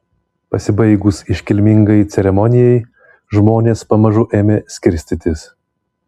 pasibaigus iškilmingai ceremonijai žmonės pamažu ėmė skirstytis